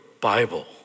Bible